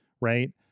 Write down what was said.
Right